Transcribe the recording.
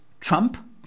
Trump